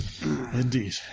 Indeed